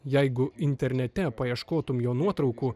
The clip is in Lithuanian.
jeigu internete paieškotum jo nuotraukų